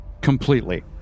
completely